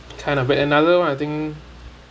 kind of it another one I think